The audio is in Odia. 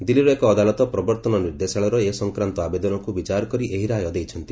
ଦିଲ୍ଲୀର ଏକ ଅଦାଲତ ପ୍ରବର୍ତ୍ତନ ନିର୍ଦ୍ଦେଶାଳୟର ଏ ସଂକ୍ରାନ୍ତ ଆବେଦନକୁ ବିଚାର କରି ଏହି ରାୟ ଦେଇଛନ୍ତି